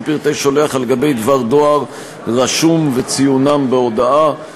פרטי שולח על-גבי דבר דואר רשום וציונם בהודעה),